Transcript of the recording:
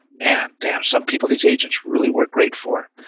man, damn, some people these agents really work great for.